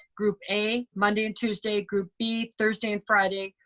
group a monday and tuesday, group b thursday and friday,